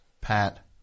Pat